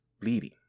bleeding